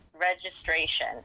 registration